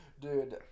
Dude